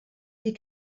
die